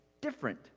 different